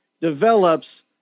develops